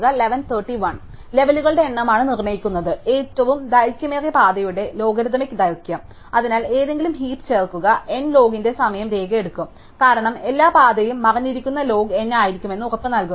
ലെവലുകളുടെ എണ്ണമാണ് നിർണ്ണയിക്കുന്നത് ഏറ്റവും ദൈർഘ്യമേറിയ പാതയുടെ ലോഗരിഥമിക് ദൈർഘ്യം അതിനാൽ ഏതെങ്കിലും ഹീപ് ചേർക്കുക N ലോഗ് ന്റെ സമയ രേഖ എടുക്കും കാരണം എല്ലാ പാതയും മറഞ്ഞിരിക്കുന്ന ലോഗ് N ആയിരിക്കുമെന്ന് ഉറപ്പ് നൽകുന്നു